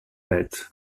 pet